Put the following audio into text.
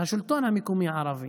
את השלטון המקומי הערבי,